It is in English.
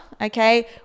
okay